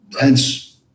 hence